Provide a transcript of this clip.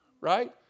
right